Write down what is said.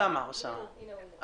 אי אפשר לסבול יותר את האלימות הזו.